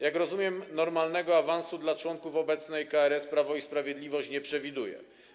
Jak rozumiem, normalnego awansu dla członków obecnej KRS Prawo i Sprawiedliwość nie przewiduje.